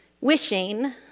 wishing